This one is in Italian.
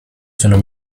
sono